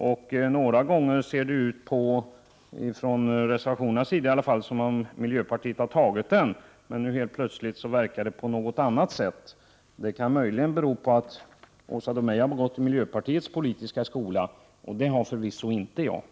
Om man ser till reservationerna förefaller det som om miljöpartiet har tagit den, men nu helt plötsligt verkar det vara på något annat sätt. Det kan möjligen bero på att Åsa Domeij har gått i miljöpartiets politiska skola. Det har förvisso inte jag gjort.